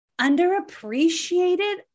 underappreciated